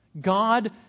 God